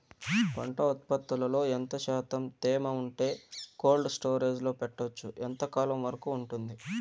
పంట ఉత్పత్తులలో ఎంత శాతం తేమ ఉంటే కోల్డ్ స్టోరేజ్ లో పెట్టొచ్చు? ఎంతకాలం వరకు ఉంటుంది